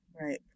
Right